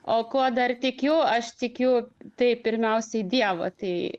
o ko dar tikiu aš tikiu tai pirmiausiai į dievą tai